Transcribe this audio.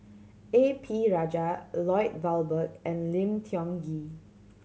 A P Rajah Lloyd Valberg and Lim Tiong Ghee